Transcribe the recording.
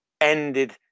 ended